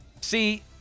See